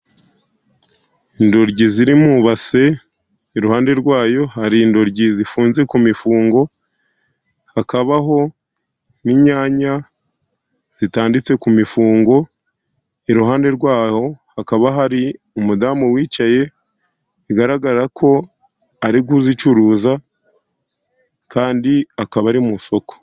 Indoryi ziririmo mubase iruhande rwayo hari indoryi zifunze ku mifungo, hakabaho n'inyanya zitanditse ku mifungo. Iruhande rwaho hakaba hari umudamu wicaye bigaragara ko ari kuzicuruza kandi akaba ari musoko.